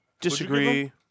disagree